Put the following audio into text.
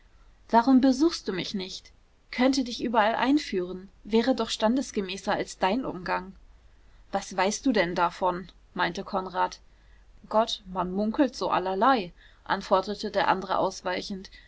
warum besuchst du mich nicht könnte dich überall einführen wäre doch standesgemäßer als dein umgang was weißt denn du davon meinte konrad gott man munkelt so allerlei antwortete der andere ausweichend